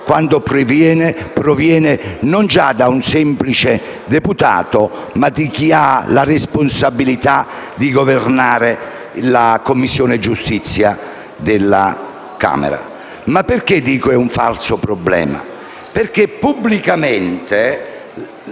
quando proviene, non già da un semplice deputato, ma da chi ha la responsabilità di governare la Commissione giustizia della Camera. Perché dico falso problema? Perché il